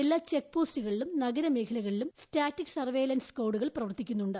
എല്ലാ ചെക്ക് പോസ്റ്റുകളിലും നഗരമേഖലകളിലും സ്റ്റാറ്റിക് സർവയലൻസ് സ്കാഡുകൾ പ്രവർത്തിക്കുന്നുണ്ട്